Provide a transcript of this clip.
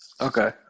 Okay